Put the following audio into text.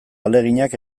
ahaleginak